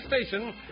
station